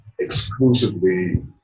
exclusively